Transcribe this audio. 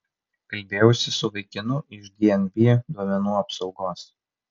kalbėjausi su vaikinu iš dnb duomenų apsaugos